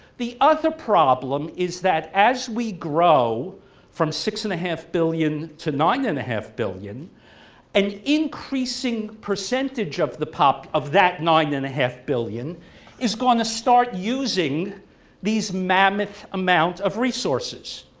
the other problem is that as we grow from six and a half billion to nine and a half billion an increasing percentage of the pop of that nine and a half billion is going to start using these mammoth amount of resources.